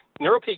Neuropeak